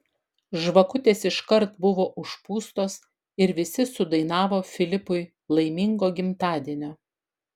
žvakutės iškart buvo užpūstos ir visi sudainavo filipui laimingo gimtadienio